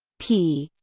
p